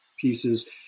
pieces